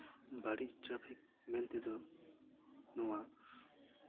ᱵᱟᱹᱲᱤᱡᱽ ᱴᱨᱟᱯᱷᱤᱠ ᱢᱮᱱ ᱛᱮᱫᱚ ᱱᱚᱣᱟ